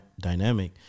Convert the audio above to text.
dynamic